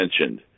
mentioned